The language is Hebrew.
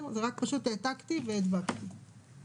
אתה שאלת את אופיר בפרפראזה ולכן אמרתי את זה.